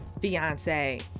Fiance